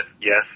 yes